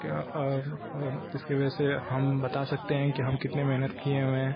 क्या जिसके वजह से हम बता सकते हैं कि हम कितने मेहनत किए हुए हैं